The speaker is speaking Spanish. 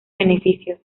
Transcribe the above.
beneficios